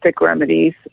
remedies